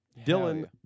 Dylan